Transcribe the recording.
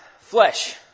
flesh